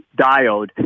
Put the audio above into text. diode